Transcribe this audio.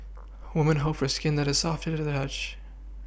woman hope for skin that is soft to the touch